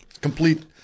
complete –